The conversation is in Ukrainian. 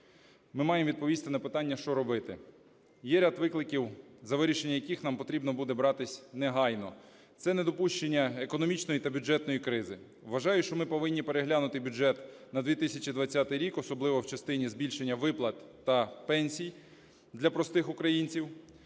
ми маємо відповісти на питання "що робити?". Є ряд викликів, за вирішення яких нам потрібно буде братись негайно. Це недопущення економічної та бюджетної кризи. Вважаю, що ми повинні переглянути бюджет на 2020 рік, особливо в частині збільшення виплат та пенсій для простих українців.